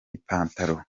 ipantalo